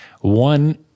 one